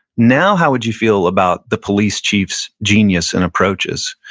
now how would you feel about the police chief's genius and approaches.